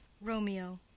Romeo